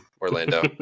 Orlando